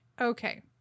okay